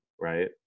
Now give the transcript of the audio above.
right